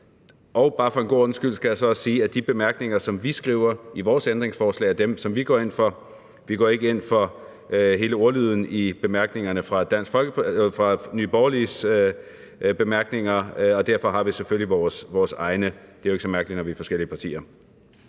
Og bare for god ordens skyld skal jeg så også sige, at de bemærkninger, som vi skriver i vores ændringsforslag, er dem, som vi går ind for. Vi går ikke ind for hele ordlyden i bemærkningerne til Nye Borgerliges beslutningsforslag, og derfor har vi selvfølgelig vores egne. Det er jo ikke så mærkeligt, når vi er forskellige partier.